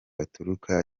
baturuka